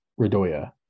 Redoya